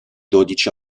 dodici